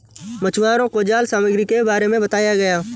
मछुवारों को जाल सामग्री के बारे में बताया गया